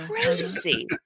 crazy